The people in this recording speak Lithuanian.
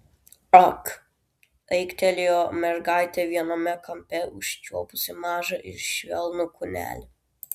ak aiktelėjo mergaitė viename kampe užčiuopusi mažą ir švelnų kūnelį